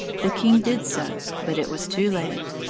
the king did so, but it was too late.